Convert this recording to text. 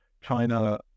China